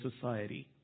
society